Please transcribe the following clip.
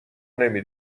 نمی